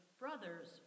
brother's